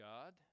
God